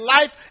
life